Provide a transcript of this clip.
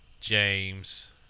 James –